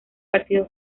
partido